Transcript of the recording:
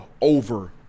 over